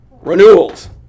renewals